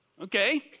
Okay